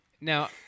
Now